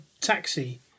taxi